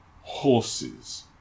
Horses